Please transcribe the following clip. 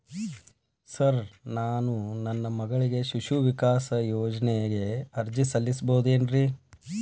Sir ನಾನು ನನ್ನ ಮಗಳಿಗೆ ಶಿಶು ವಿಕಾಸ್ ಯೋಜನೆಗೆ ಅರ್ಜಿ ಸಲ್ಲಿಸಬಹುದೇನ್ರಿ?